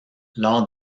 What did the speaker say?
lors